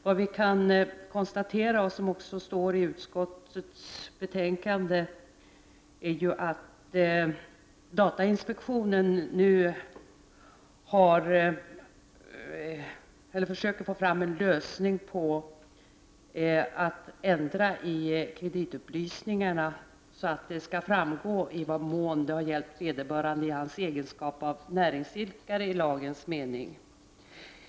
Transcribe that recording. Vad vi kan konstatera och som också står i utskottets betänkande är att datainspektionen nu försöker få fram en lösning på hur man skall kunna ändra i kreditupplysningarna så att det framgår i vad mån beställningen har gällt vederbörande i hans egenskap av näringsidkare i lagens mening.